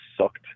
sucked